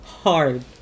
Hard